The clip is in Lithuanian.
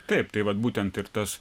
taip tai vat būtent ir tas